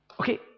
Okay